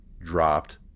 dropped